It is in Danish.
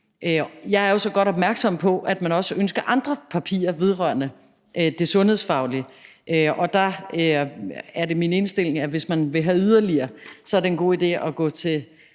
Jeg er jo så godt opmærksom på, at man også ønsker andre papirer vedrørende det sundhedsfaglige, og der er det min indstilling, at hvis man vil have yderligere oplysninger, er det en god idé i stedet